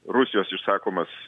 rusijos išsakomas